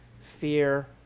Fear